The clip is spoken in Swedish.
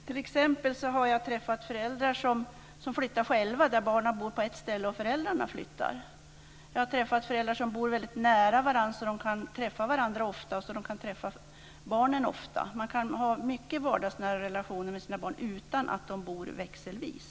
Fru talman! Jag har träffat föräldrar som själva har flyttat till det ställe där barnet bor. Jag har träffat föräldrar som bor väldigt nära varandra så att de kan träffa barnen ofta. Man kan ha mycket nära vardagsrelationer med sina barn utan att de bor växelvis.